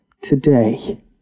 Today